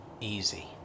easy